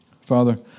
Father